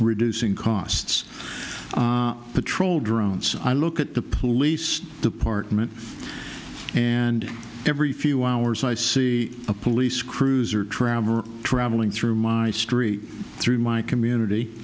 reducing costs patrol drones i look at the police department and every few hours i see a police cruiser traveler traveling through my street through my community